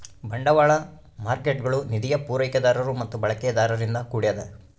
ಬಂಡವಾಳ ಮಾರ್ಕೇಟ್ಗುಳು ನಿಧಿಯ ಪೂರೈಕೆದಾರರು ಮತ್ತು ಬಳಕೆದಾರರಿಂದ ಕೂಡ್ಯದ